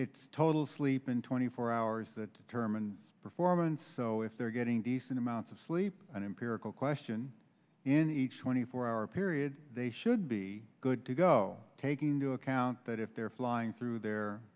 it's total sleep in twenty four hours that term and performance if they're getting decent amounts of sleep an empirical question in each twenty four hour period they should be good to go taking into account that if they're flying through their